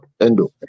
Endo